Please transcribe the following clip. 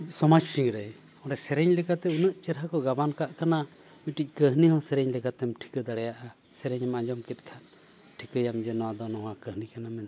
ᱥᱚᱢᱟᱡᱽ ᱥᱤᱝᱨᱟᱹᱭ ᱚᱸᱰᱮ ᱥᱮᱨᱮᱧ ᱞᱮᱠᱟᱛᱮ ᱩᱱᱟᱹᱜ ᱪᱮᱦᱨᱟ ᱠᱚ ᱜᱟᱵᱟᱱ ᱠᱟᱜ ᱠᱟᱱᱟ ᱢᱤᱫᱴᱤᱡ ᱠᱟᱹᱦᱱᱤ ᱦᱚᱸ ᱥᱮᱨᱮᱧ ᱞᱮᱠᱟ ᱛᱮᱢ ᱴᱷᱤᱠᱟᱹ ᱫᱟᱲᱮᱭᱟᱜᱼᱟ ᱥᱮᱨᱮᱧᱮᱢ ᱟᱸᱡᱚᱢ ᱠᱮᱜ ᱠᱷᱟᱱ ᱴᱷᱤᱠᱟᱹᱭᱟᱢ ᱡᱮ ᱱᱚᱣᱟ ᱫᱚ ᱱᱚᱣᱟ ᱠᱟᱹᱦᱱᱤ ᱠᱟᱱᱟ ᱢᱮᱱᱛᱮ